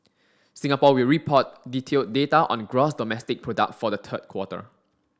Singapore will report detailed data on gross domestic product for the third quarter